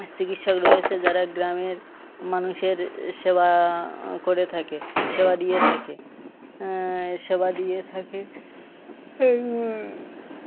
চিকিৎসক রয়েছে যারা গ্রামের মানুষের সেবা করে থাকে সেবা দিয়ে থাকে সেবা দিয়ে থাকে